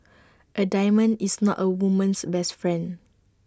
A diamond is not A woman's best friend